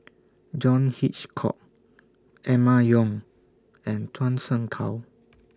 John Hitchcock Emma Yong and Zhuang Shengtao